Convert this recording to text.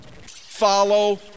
Follow